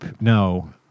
no